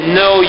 no